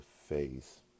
face